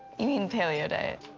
you mean, paleo diet.